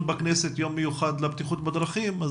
בכנסת במסגרת יום מיוחד לבטיחות בדרכים.